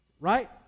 right